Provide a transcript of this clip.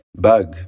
bug